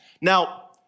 Now